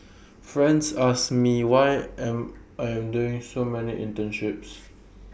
friends ask me why am I am doing so many internships